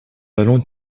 allons